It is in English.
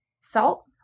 Salt